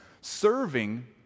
Serving